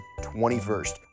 21st